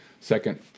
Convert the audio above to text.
second